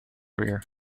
rear